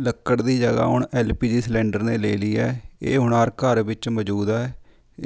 ਲੱਕੜ ਦੀ ਜਗ੍ਹਾ ਹੁਣ ਐੱਲ ਪੀ ਜੀ ਸਿਲੰਡਰ ਨੇ ਲੈ ਲਈ ਹੈ ਇਹ ਹੁਣ ਹਰ ਘਰ ਵਿੱਚ ਮੌਜੂਦ ਹੈ